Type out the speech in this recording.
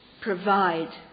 Provide